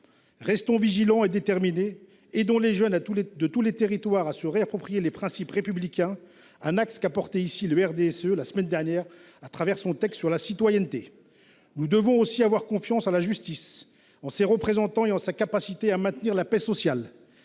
Restons vigilants et déterminés. Aidons les jeunes de tous les territoires à se réapproprier les principes républicains, un axe qu’a porté ici le RDSE la semaine dernière lors de l’examen de son texte sur la citoyenneté. Nous devons aussi avoir confiance en la justice, en ses représentants et en sa capacité à maintenir la paix sociale.